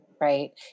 right